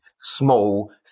small